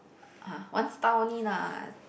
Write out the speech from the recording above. !huh! one star only lah